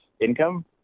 income